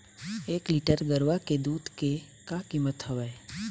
एक लीटर गरवा के दूध के का कीमत हवए?